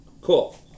Cool